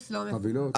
חבילות.